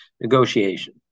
negotiation